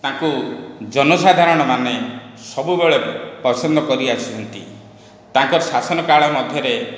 ତାଙ୍କୁ ଜନସାଧାରଣମାନେ ସବୁବେଳେ ପସନ୍ଦ କରିଆସିଛନ୍ତି ତାଙ୍କର ଶାସନ କାଳ ମଧ୍ୟରେ